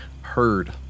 heard